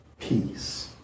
peace